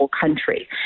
country